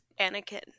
Anakin